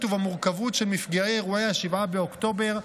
ובמורכבות של מפגעי אירועי 7 באוקטובר,